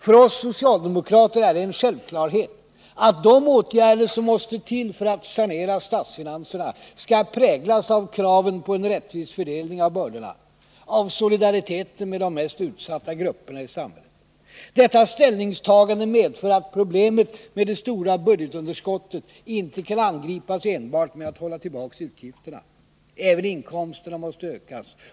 För oss socialdemokrater är det en självklarhet att de åtgärder som måste till för att sanera statsfinanserna skall präglas av kraven på en rättvis fördelning av bördorna, av solidariteten med de mest utsatta grupperna i samhället. Detta ställningstagande medför att problemet med det stora budgetunderskottet inte kan angripas enbart med att hålla tillbaka utgifterna. Även inkomsterna måste ökas.